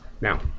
now